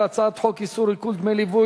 על הצעת חוק איסור עיקול דמי ליווי